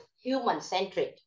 human-centric